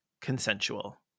consensual